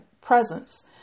presence